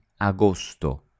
agosto